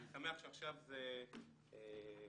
אני שמח שעכשיו זה קונצנזוס אבל --- דודי,